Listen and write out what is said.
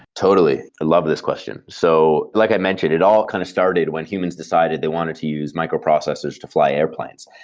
totally. i love this question. so, like i mentioned, it all kind of started when humans decided they wanted to use microprocessors to fly airplanes.